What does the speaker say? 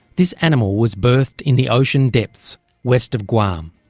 this animal was birthed in the ocean depths west of guam.